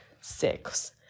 six